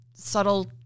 Subtle